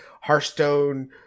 hearthstone